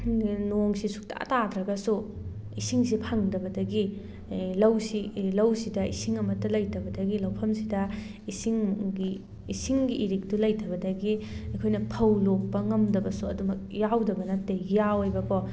ꯅꯣꯡꯁꯦ ꯁꯨꯛꯇꯥ ꯇꯥꯗ꯭ꯔꯒꯁꯨ ꯏꯁꯤꯡꯁꯦ ꯐꯪꯗꯕꯗꯒꯤ ꯂꯧꯁꯤ ꯂꯧꯁꯤꯗ ꯏꯁꯤꯡ ꯑꯃꯇ ꯂꯩꯇꯕꯗꯒꯤ ꯂꯧꯐꯝꯁꯤꯗ ꯏꯁꯤꯡꯒꯤ ꯏꯁꯤꯡꯒꯤ ꯏꯔꯤꯛꯇꯨ ꯂꯩꯇꯕꯗꯒꯤ ꯑꯩꯈꯣꯏꯅ ꯐꯧ ꯂꯣꯛꯄ ꯉꯝꯗꯕꯁꯨ ꯑꯗꯨꯝꯃꯛ ꯌꯥꯎꯗꯕ ꯅꯠꯇꯦ ꯌꯥꯎꯋꯦꯕꯀꯣ